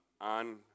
on